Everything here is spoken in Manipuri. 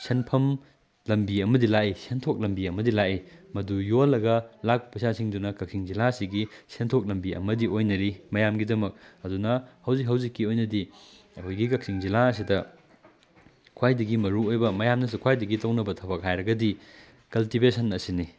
ꯁꯦꯟꯐꯝ ꯂꯝꯕꯤ ꯑꯃꯗꯤ ꯂꯥꯛꯏ ꯁꯦꯟꯊꯣꯛ ꯂꯝꯕꯤ ꯑꯃꯗꯤ ꯂꯥꯛꯏ ꯃꯗꯨ ꯌꯣꯜꯂꯒ ꯂꯥꯛꯄ ꯄꯩꯁꯥꯁꯤꯡꯗꯨꯅ ꯀꯛꯆꯤꯡ ꯖꯤꯂꯥꯁꯤꯒꯤ ꯁꯦꯟꯊꯣꯛ ꯂꯝꯕꯤ ꯑꯃꯗꯤ ꯑꯣꯏꯅꯔꯤ ꯃꯌꯥꯝꯒꯤꯗꯃꯛ ꯑꯗꯨꯅ ꯍꯧꯖꯤꯛ ꯍꯧꯖꯤꯛꯀꯤ ꯑꯣꯏꯅꯗꯤ ꯑꯩꯈꯣꯏꯒꯤ ꯀꯛꯆꯤꯡ ꯖꯤꯂꯥ ꯑꯁꯤꯗ ꯈ꯭ꯋꯥꯏꯗꯒꯤ ꯃꯔꯨꯑꯣꯏꯕ ꯃꯌꯥꯝꯅꯁꯨ ꯈ꯭ꯋꯥꯏꯗꯒꯤ ꯇꯧꯅꯕ ꯊꯕꯛ ꯍꯥꯏꯔꯒꯗꯤ ꯀꯜꯇꯤꯚꯦꯁꯟ ꯑꯁꯤꯅꯤ